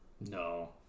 No